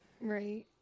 Right